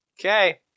Okay